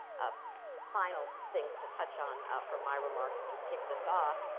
ah final things to touch on for my remarks, just kicking this off.